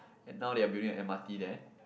and now they are building M_R_T there